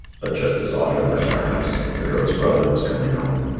but just as otter left the house the girl's brother was coming home.